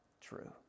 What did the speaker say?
true